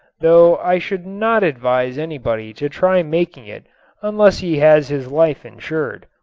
though i should not advise anybody to try making it unless he has his life insured.